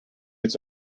its